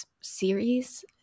series